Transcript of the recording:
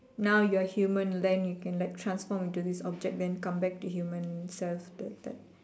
now you're human then you can like transform into this object then come back to human self like that